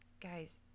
guys